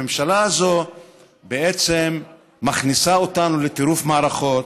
הממשלה הזאת בעצם מכניסה אותנו לטירוף מערכות.